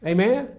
Amen